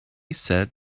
said